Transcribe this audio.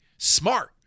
smart